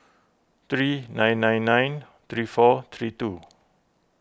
three nine nine nine three four three two